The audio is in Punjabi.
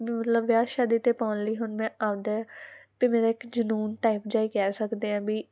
ਮਤਲਬ ਵਿਆਹ ਸ਼ਾਦੀ ਤੇ ਪਾਉਣ ਲਈ ਹੁਣ ਮੈਂ ਆਉਂਦਾ ਵੀ ਮੇਰਾ ਇੱਕ ਜਨੂਨ ਟਾਈਪ ਜਿਹਾ ਹੀ ਕਹਿ ਸਕਦੇ ਆ ਵੀ